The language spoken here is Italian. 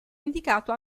indicato